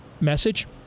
message